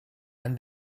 and